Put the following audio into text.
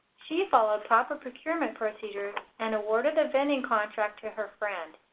she followed proper procurement procedures and awarded the vending contract to her friend.